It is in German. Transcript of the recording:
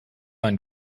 einen